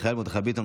מיכאל מרדכי ביטון,